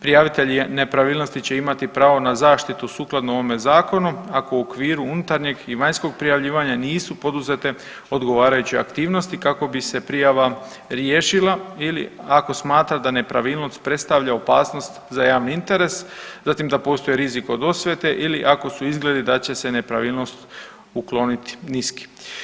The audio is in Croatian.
Prijavitelj nepravilnosti će imati pravo na zaštitu sukladno ovome zakonu ako u okviru unutarnjeg i vanjskog prijavljivanja nisu poduzete odgovarajuće aktivnosti kako bi se prijava riješila ili ako smatra da nepravilnost predstavlja opasnost za javni interes, zatim da postoji rizik od osvete ili ako su izgledi da će se nepravilnost ukloniti niski.